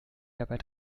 dabei